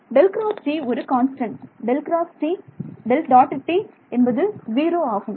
∇× T ஒரு constant ∇· T என்பது zero ஆகும்